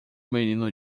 menino